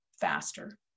faster